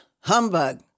Humbug